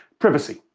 privacy.